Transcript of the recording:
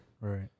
Right